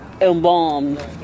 embalmed